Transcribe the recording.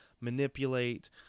manipulate